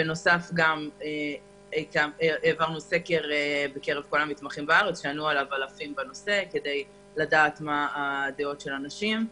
בנוסף העברנו סקר בקרב המתמחים בארץ כדי לדעת מה הדעות של אנשים.